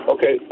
Okay